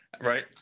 right